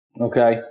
okay